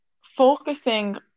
focusing